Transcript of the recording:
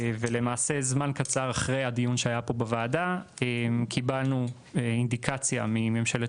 זמן קצר לאחר הדיון שהיה בוועדה קיבלנו אינדיקציה מממשלת